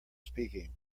speaking